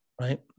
right